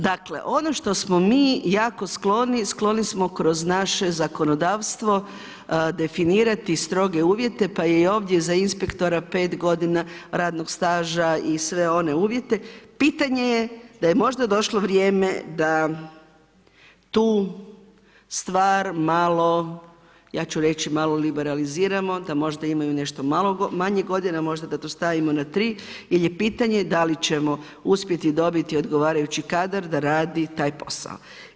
Dakle, ono što smo mi jako skloni, skloni smo kroz naše zakonodavstvo definirati stroge uvjete pa je i ovdje za inspektora 5 g. radnog staža i sve one uvjete, pitanje je da je možda došlo vrijeme da tu stvar malo, ja ću reći malo liberaliziramo, da možda imaju nešto malo manje godina, možda da tu stavimo na 3 jer je pitanje da li ćemo uspjeti dobiti odgovarajući kadar da radi taj posao.